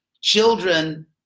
children